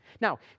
Now